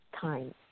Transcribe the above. time